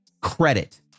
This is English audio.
credit